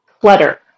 clutter